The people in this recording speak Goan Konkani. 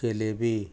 जिलेबी